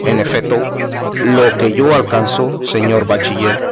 en efeto lo que yo alcanzo señor bachiller